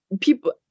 People